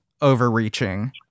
overreaching